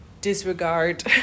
disregard